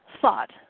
thought